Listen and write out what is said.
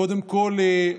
קודם כול,